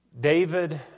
David